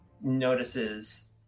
notices